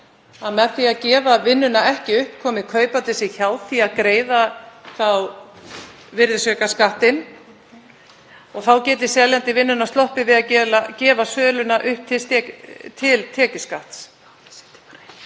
að með því að gefa vinnuna ekki upp komi kaupandi sér hjá því að greiða virðisaukaskattinn og þá geti seljandi vinnunnar sloppið við að gefa söluna upp til tekjuskatts.